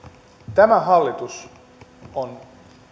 tämä hallitus on